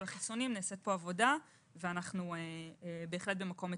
החיסונים נעשית פה עבודה ואנחנו במקום מצוין.